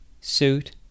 suit